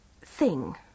thing